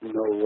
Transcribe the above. no